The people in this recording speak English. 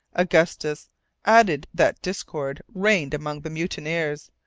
augustus added that discord reigned among the mutineers.